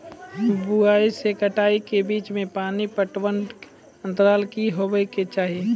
बुआई से कटाई के बीच मे पानि पटबनक अन्तराल की हेबाक चाही?